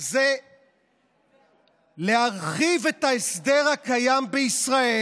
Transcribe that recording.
זה להרחיב את ההסדר הקיים בישראל,